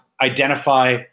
identify